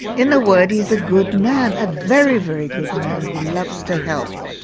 in a word he's a good man, a very very good man who loves to help.